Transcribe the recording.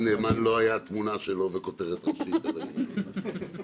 נאמן לא הייתה תמונה שלו וכותרת ראשית על העניין הזה.